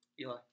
Eli